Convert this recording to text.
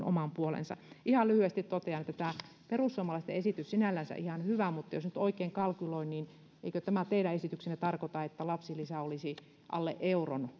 oman puolensa ihan lyhyesti totean että tämä perussuomalaisten esitys on sinällänsä ihan hyvä mutta jos nyt oikein kalkyloin niin eikö tämä teidän esityksenne tarkoita että lapsilisä nousisi alle euron